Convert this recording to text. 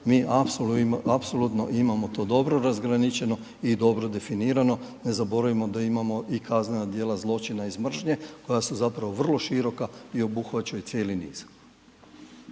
mi apsolutno imamo to dobro razgraničeno i dobro definirano. Ne zaboravimo da imamo i kaznena djela zločina iz mržnje koja su vrlo široka i obuhvaćaju cijeli niz.